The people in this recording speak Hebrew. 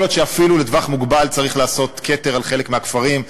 יכול להיות שאפילו לטווח מוגבל צריך לעשות כתר על חלק מהכפרים,